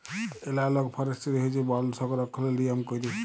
এলালগ forestry হছে বল সংরক্ষলের লিয়ম ক্যইরে